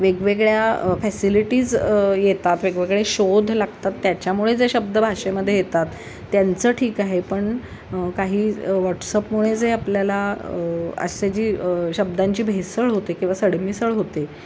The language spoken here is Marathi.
वेगवेगळ्या फॅसिलिटीज येतात वेगवेगळे शोध लागतात त्याच्यामुळे जे शब्द भाषेमध्ये येतात त्यांचं ठीक आहे पण काही वॉट्सअपमुळे जे आपल्याला असे जी शब्दांची भेसळ होते किंवा सरमिसळ होते